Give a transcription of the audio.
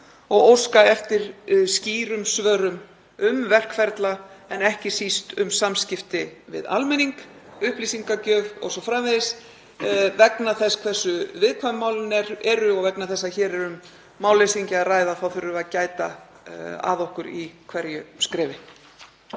og óska eftir skýrum svörum um verkferla en ekki síst um samskipti við almenning, upplýsingagjöf o.s.frv. Vegna þess hversu viðkvæm málin eru og vegna þess að hér er um málleysingja að ræða þá þurfum við að gæta að okkur í hverju skrefi.